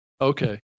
Okay